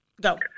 go